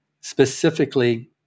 specifically